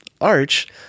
Arch